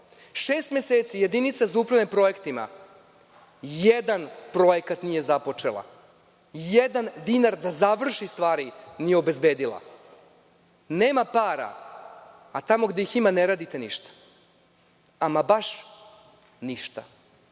meseci Jedinica za upravljanje projektima, jedan projekat nije započela. Jedan dinar da završi stvari nije obezbedila. Nema para, a tamo gde ih ima ne radite ništa. Ama baš ništa. Naši